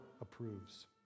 approves